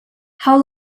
how